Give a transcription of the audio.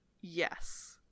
Yes